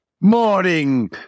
morning